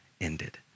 ended